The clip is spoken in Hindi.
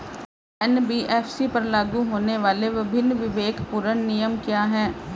एन.बी.एफ.सी पर लागू होने वाले विभिन्न विवेकपूर्ण नियम क्या हैं?